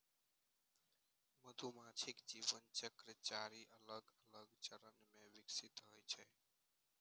मधुमाछीक जीवन चक्र चारि अलग अलग चरण मे विकसित होइ छै